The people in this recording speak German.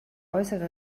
äußere